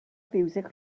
fiwsig